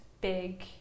big